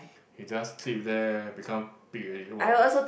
he just sleep there become pig already wow